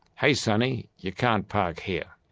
hey, sonny, you can't park here.